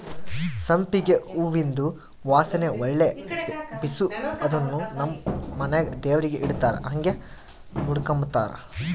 ಸಂಪಿಗೆ ಹೂವಿಂದು ವಾಸನೆ ಒಳ್ಳೆ ಬೇಸು ಅದುನ್ನು ನಮ್ ಮನೆಗ ದೇವರಿಗೆ ಇಡತ್ತಾರ ಹಂಗೆ ಮುಡುಕಂಬತಾರ